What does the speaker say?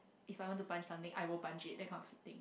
if I want to punch something I will punch it that kind of thing